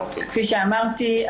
כפי שאמרתי,